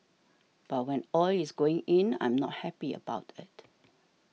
but when oil is going in I'm not happy about it